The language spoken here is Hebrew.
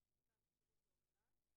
אנחנו מדינה פלורליסטית.